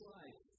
life